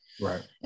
Right